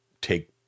take